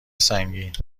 سنگین